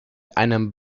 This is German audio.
einem